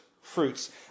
fruits